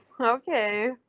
okay